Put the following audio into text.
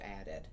added